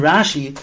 Rashi